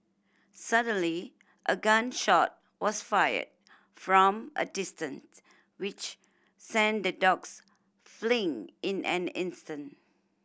suddenly a gun shot was fired from a distance which sent the dogs fleeing in an instant